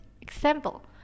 example